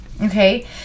okay